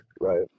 right